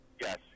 Yes